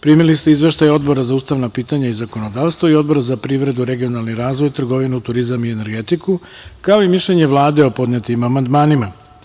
Primili ste izveštaj Odbora za ustavna pitanja i zakonodavstvo i Odbora za privredu, regionalni razvoj, trgovinu, turizam i energetiku, kao i mišljenje Vlade o podnetim amandmanima.